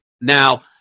Now